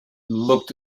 looked